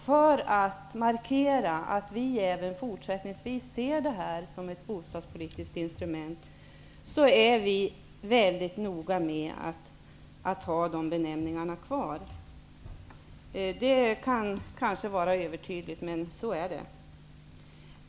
För att markera att vi även fortsättningsvis ser det som ett bostadspolitiskt instrument är vi väldigt noga med att säga att vi skall ha den nuvarande benämningen kvar. Det är kanske att vara övertydlig, men så är det.